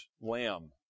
Lamb